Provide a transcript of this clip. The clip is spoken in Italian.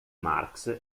marx